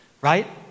Right